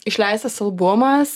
išleistas albumas